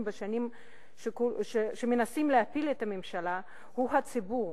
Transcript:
ונשנים שמנסים להפיל את הממשלה הוא הציבור.